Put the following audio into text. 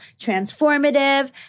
transformative